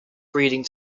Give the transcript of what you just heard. breeding